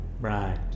right